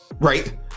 right